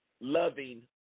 loving